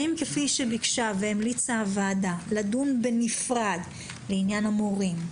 האם כפי שביקשה והמליצה הוועדה לדון בנפרד לעניין המורים,